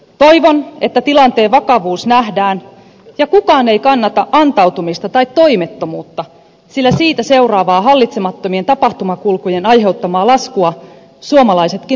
toivon että tilanteen vakavuus nähdään ja kukaan ei kannata antautumista tai toimettomuutta sillä siitä seuraavaa hallitsemattomien tapahtumakulkujen aiheuttamaa laskua suomalaisetkin maksaisivat pitkään